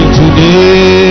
today